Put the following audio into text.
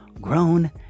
grown